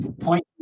point